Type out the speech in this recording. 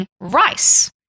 rice